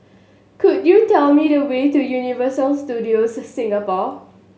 could you tell me the way to Universal Studios Singapore